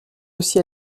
aussi